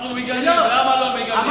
אנחנו מגנים, למה לא מגנים?